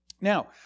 Now